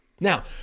Now